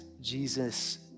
Jesus